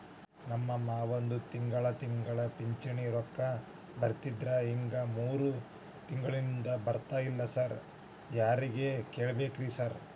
ನಮ್ ಮಾವಂದು ತಿಂಗಳಾ ತಿಂಗಳಾ ಪಿಂಚಿಣಿ ರೊಕ್ಕ ಬರ್ತಿತ್ರಿ ಈಗ ಮೂರ್ ತಿಂಗ್ಳನಿಂದ ಬರ್ತಾ ಇಲ್ಲ ಸಾರ್ ಯಾರಿಗ್ ಕೇಳ್ಬೇಕ್ರಿ ಸಾರ್?